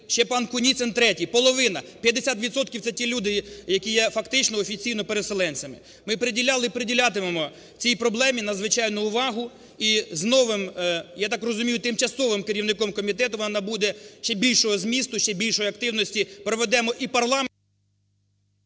Ще пан Куніцин, третій. Половина, 50 відсотків - це ті люди, які є фактично офіційно переселенцями. Ми приділяли і приділятимемо цій проблемі надзвичайну увагу, і з новим, я так розумію, тимчасовим керівником комітету, вона набуде ще більшого змісту, ще більшої активності, проведемо і…